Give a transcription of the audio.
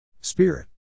Spirit